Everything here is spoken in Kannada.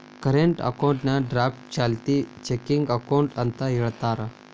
ಕರೆಂಟ್ ಅಕೌಂಟ್ನಾ ಡ್ರಾಫ್ಟ್ ಚಾಲ್ತಿ ಚೆಕಿಂಗ್ ಅಕೌಂಟ್ ಅಂತ ಹೇಳ್ತಾರ